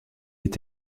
est